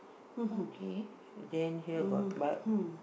okay then here got b~